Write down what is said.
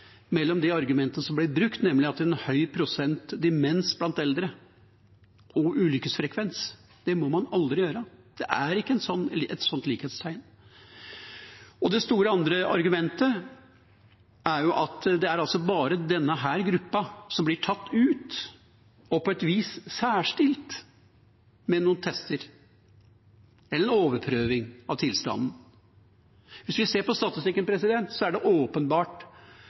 mellom de argumentene som blir brukt, nemlig en høy prosent av demens blant eldre og ulykkesfrekvens. Det må man aldri gjøre. Det er ikke et sånt likhetstegn. Det andre store argumentet er at det er bare denne gruppen som blir tatt ut og på et vis særstilt, med noen tester eller en overprøving av tilstanden. Hvis vi ser på statistikken, er det åpenbart at det er en veldig høy andel av trafikkulykker blant de unge. Det